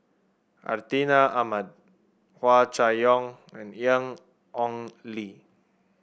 Hartinah Ahmad Hua Chai Yong and Ian Ong Li